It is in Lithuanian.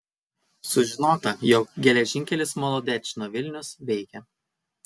sužinota jog geležinkelis molodečno vilnius veikia